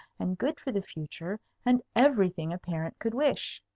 and good for the future, and everything a parent could wish.